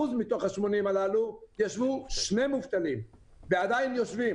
מתוך ה-80% הללו ישבו שני מובטלים ועדיין יושבים.